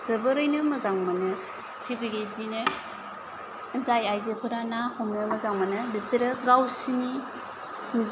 जोबोरैनो मोजां मोनो बिदिनो जाय आयजोफोरा ना हमनो मोजां मोनो बिसोरो